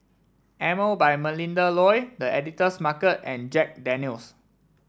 Emel by Melinda Looi The Editor's Market and Jack Daniel's